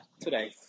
today